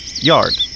yard